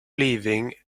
leaving